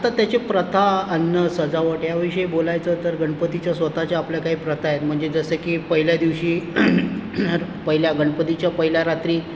आता त्याची प्रथा अन्न सजावट याविषयी बोलायचं तर गणपतीच्या स्वतःच्या आपल्या काही प्रथा आहेत म्हणजे जसे की पहिल्या दिवशी पहिल्या गणपतीच्या पहिल्या रात्री